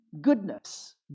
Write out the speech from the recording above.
goodness